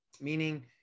meaning